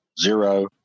Zero